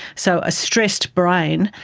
so a stressed brain,